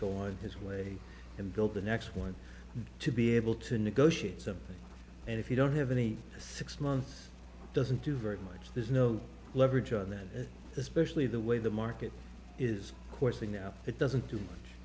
go on his way and build the next one to be able to negotiate something and if you don't have any six months doesn't do very much there's no leverage on that especially the way the market is course they know it doesn't do